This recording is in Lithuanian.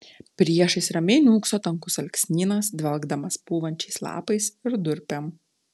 priešais ramiai niūkso tankus alksnynas dvelkdamas pūvančiais lapais ir durpėm